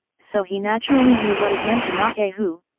so he naturally knew what it meant to knock a hu,